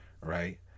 right